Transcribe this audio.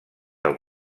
del